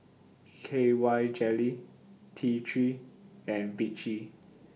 K Y Jelly T three and Vichy